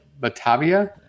Batavia